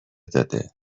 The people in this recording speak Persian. داده